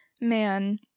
man